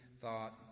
thought